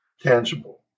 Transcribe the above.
tangible